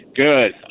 Good